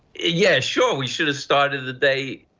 yes show we should have started the day.